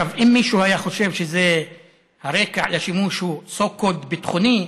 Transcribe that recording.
אם מישהו היה חושב שהרקע לשימוש היה so called ביטחוני,